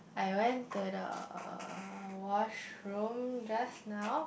I went to the washroom just now